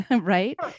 Right